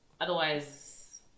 otherwise